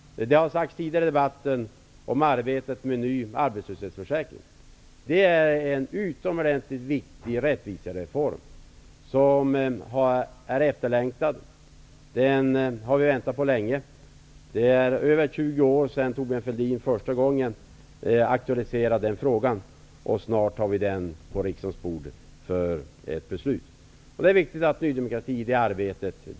Det har sagts tidigare i debatten om arbetet med ny arbetslöshetsförsäkring. Det är en utomordentligt viktig rättvisereform, som är efterlängtad. Den har vi väntat på länge. Det är över 20 år sedan Thorbjörn Fälldin första gången aktualiserade den frågan, och snart har vi den på riksdagens bord för ett beslut.